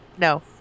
No